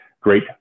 Great